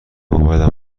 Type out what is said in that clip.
موبایلم